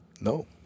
No